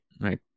right